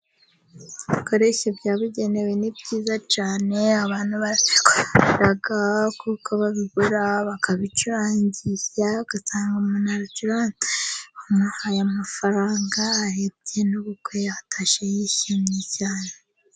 Ibikoresha byabugenewe ni byiza cyane, abantu barabikunda kuko babigura bakabicurangisha, ugasanga umuntu aracuranze bamuhaye amafaranga, arebye n'ubukwe atashye yishimye cyane.